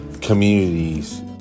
communities